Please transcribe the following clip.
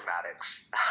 dramatics